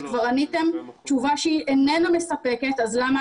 כבר עניתם תשובה שהיא איננה מספקת ולכן למה